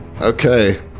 Okay